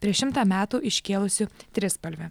prieš šimtą metų iškėlusių trispalvę